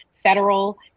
federal